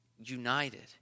united